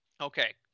Okay